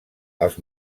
els